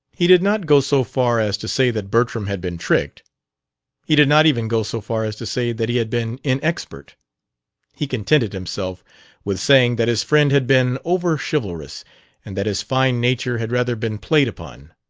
he did not go so far as to say that bertram had been tricked he did not even go so far as to say that he had been inexpert he contented himself with saying that his friend had been over-chivalrous and that his fine nature had rather been played upon.